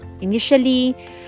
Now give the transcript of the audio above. Initially